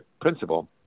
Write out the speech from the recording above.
principle